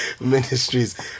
ministries